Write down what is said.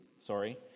Sorry